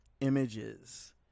images